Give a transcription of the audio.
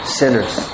sinners